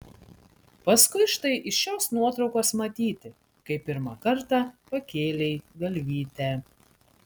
paskui štai iš šios nuotraukos matyti kai pirmą kartą pakėlei galvytę